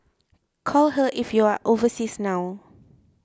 call her if you are overseas now